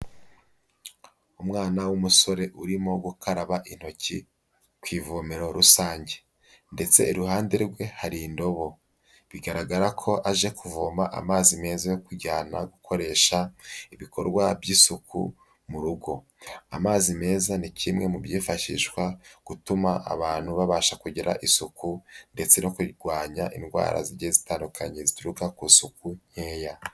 Umwana w'umusore urimo gukaraba intoki ku ivomero rusange. Ndetse iruhande rwe hari indobo. Bigaragara ko aje kuvoma amazi meza yo kujyana gukoresha ibikorwa by'isuku mu rugo. Amazi meza ni kimwe mu byifashishwa gutuma abantu babasha kugira isuku ndetse no kurwanya indwara zigiye zitandukanye zituruka ku isuku nkeya.